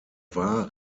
war